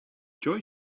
joy